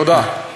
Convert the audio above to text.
תודה.